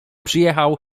przyjechał